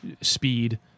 speed